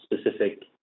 specific